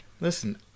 listen